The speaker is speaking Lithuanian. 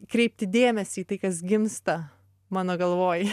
kreipti dėmesį į tai kas gimsta mano galvoj